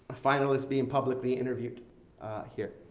ah finalists being publicly interviewed here.